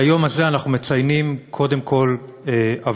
את היום הזה אנחנו מציינים קודם כול עבורם.